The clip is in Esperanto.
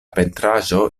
pentraĵo